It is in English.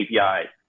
APIs